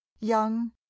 young